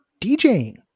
DJing